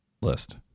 list